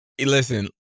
Listen